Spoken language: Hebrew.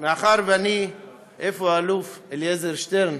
מאחר שאני, איפה האלוף אליעזר שטרן?